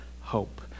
hope